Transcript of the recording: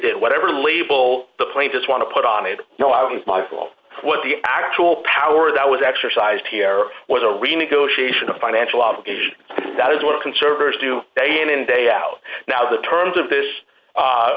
did whatever label the plane just want to put on had no idea michael what the actual power that was exercised here was a renegotiation of financial obligations that is what conservatives do day in and day out now the terms of this